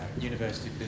University